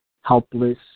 helpless